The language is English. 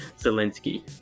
Zelensky